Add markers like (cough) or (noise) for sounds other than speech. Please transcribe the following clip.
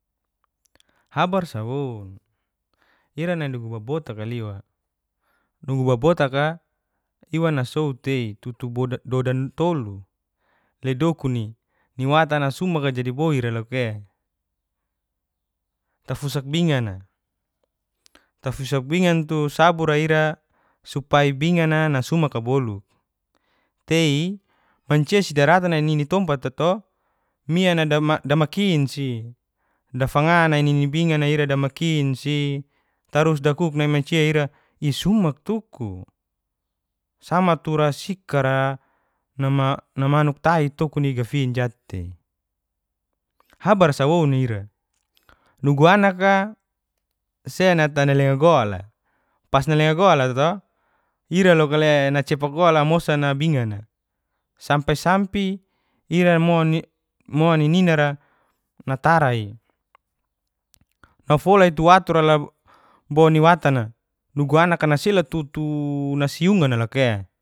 Habar sa woun ira ni nugu babotaka liwa. Nugu babotaka iwa nasou tei tutu bodan dodan tolu le doku'ni niwatan'a sumak jadi boira loka e. Tafusak bingana, tafusak bingan tu sabura ira supai bingana nasumaka bolu, tei mancia si daratan nai nini tompata to miana dama-damakin si dafanga nani nini bingana ira damakin si, tarus dakuk nai manci ira isumak tuku, sama tura sikara (unintelligible) tokuni gafin jat'tei. Habar sa woun ira nugu anak'a senata nalenga gol'a pas nalenga gol'a to ira lok le ncepak gol'a mosan'a bingan'a sampi- sampi ia mo ni ninara natra'i na fola'i tu watu'ra (hesitation) bo niwtan'a, nugu anak'a nasel tutu nasiungan na lakae.